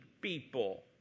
people